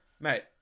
Mate